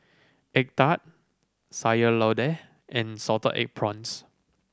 egg tart Sayur Lodeh and salted egg prawns